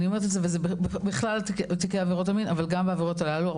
וזה בכלל בתיקי עבירות מין אבל גם בעבירות הללו,